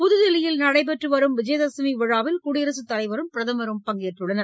புதுதில்லியில் தற்போது நடைபெற்று வரும் விஜயதசமி விழாவில் குடியரசுத் தலைவரும் பிரதமரும் பங்கேற்றுள்ளனர்